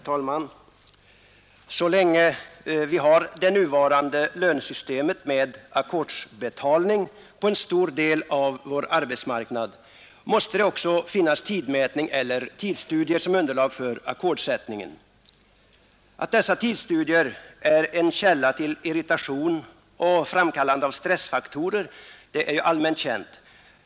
Herr talman! Så länge vi på en stor del av vår arbetsmarknad har det nuvarande lönesystemet med ackordsbetalning måste det också finnas tidmätning eller tidsstudier som underlag för ackordsättningen. Att dessa tidsstudier är en källa till irritation och framkallande av stress är allmänt känt.